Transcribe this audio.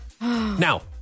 Now